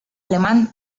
alemán